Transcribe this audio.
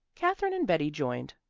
katherine and betty joined.